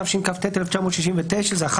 התשכ"ט 1969 (1)